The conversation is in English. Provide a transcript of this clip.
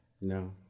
no